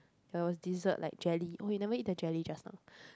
there was dessert like jelly oh you never eat the jelly just now